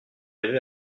arrivé